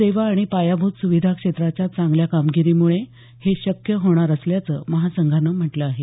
सेवा आणि पायाभूत सुविधा क्षेत्राच्या चांगल्या कामगिरीमुळे हे शक्य होणार असल्याचं महासंघानं म्हटलं आहे